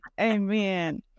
Amen